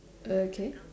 okay